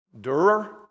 Durer